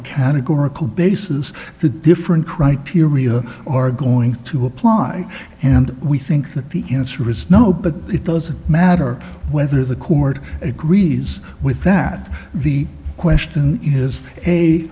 a categorical basis the different criteria are going to apply and we think that the answer is no but it doesn't matter whether the court agrees with that the question